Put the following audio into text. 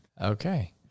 Okay